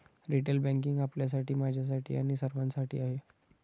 retail banking आपल्यासाठी, माझ्यासाठी आणि सर्वांसाठी आहे